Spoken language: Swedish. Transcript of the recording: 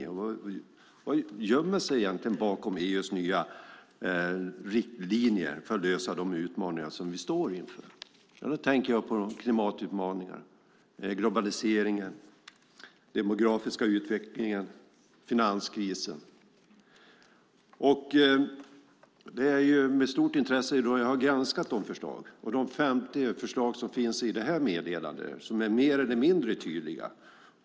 Vad gömmer sig egentligen bakom EU:s nya riktlinjer som ska lösa de utmaningar som vi står inför? Jag tänker på klimatutmaningarna, globaliseringen, den demografiska utvecklingen och finanskrisen. Det är med stort intresse jag har granskat förslagen. De 50 förslag som finns i det här meddelandet är mer eller mindre tydliga.